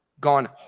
gone